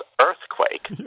Earthquake